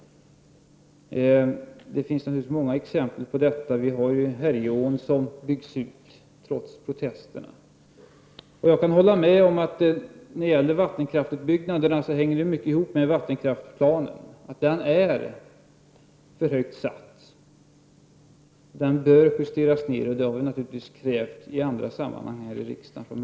Det finns naturligtvis många exempel på detta. Härjeån byggs ut, trots protesterna. Jag kan hålla med om att när det gäller vattenkraftsutbyggnaderna hänger mycket ihop med att vattenkraftsplanen är för högt satt. Den bör justeras nedåt. Det har vi från miljöpartiets sida naturligtvis krävt i andra sammanhang här i riksdagen.